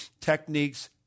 Techniques